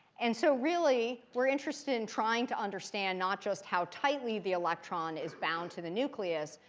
and so really, we're interested in trying to understand not just how tightly the electron is bound to the nucleus,